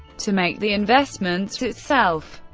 to make the investments itself,